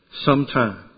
sometime